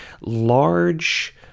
large